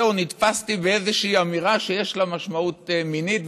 או נתפסתי באיזושהי אמירה שיש לה משמעות מינית,